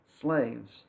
slaves